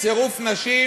צירוף נשים